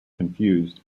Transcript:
confused